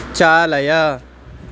चालय